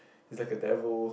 he's like a devil